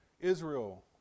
Israel